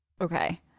okay